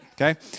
okay